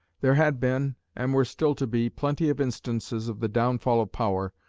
there had been, and were still to be, plenty of instances of the downfall of power,